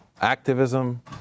activism